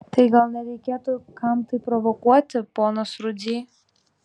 tai gal nereikėtų kam tai provokuoti ponas rudzy